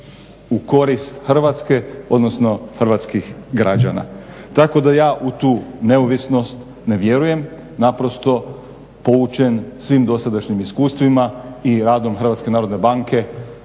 u korist Hrvatske odnosno hrvatskih građana. Tako da ja u tu neovisnost ne vjerujem, naprosto poučen svim dosadašnjim iskustvima i radom HNB-a koja nije